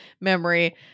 memory